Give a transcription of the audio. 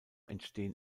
entstehen